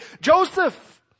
Joseph